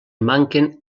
manquen